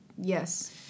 yes